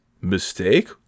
Mistake